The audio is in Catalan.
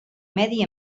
medi